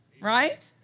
right